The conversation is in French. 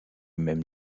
même